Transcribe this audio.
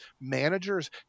Managers